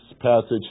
passage